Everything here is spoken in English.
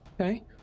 Okay